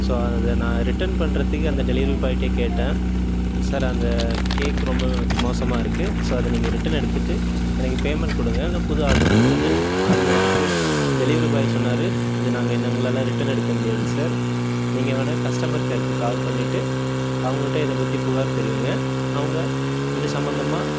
so அது நான் return பண்ணுறத்துக்கே அந்த டெலிவரி பாயிகிட்டே கேட்டேன் சார் அந்த கேக்கு ரொம்ப மோசமாக இருக்குது ஸோ அதை நீங்கள் ரிட்டன் எடுத்துகிட்டு எனக்கு பேமெண்ட் கொடுங்க இல்லைனா புது ஆர்டரு கொடுங்கன்னு அந்த அதுக்கு டெலிவரி பாய் சொன்னார் இது நாங்கள் நாங்களெலாம் ரிட்டன் எடுக்க முடியாது சார் நீங்கள் வேணால் கஸ்டமர் கேருக்கு கால் பண்ணிவிட்டு அவங்கள்ட்டே இதை பற்றி புகார் தெரிவிங்க அவங்க இது சம்பந்தமா